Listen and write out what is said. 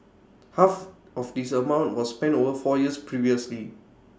half of this amount was spent over four years previously